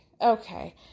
Okay